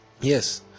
Yes